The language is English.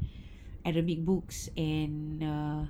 arabic books and uh